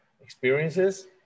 experiences